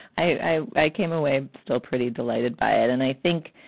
i i came away still pretty delighted by it. and i think,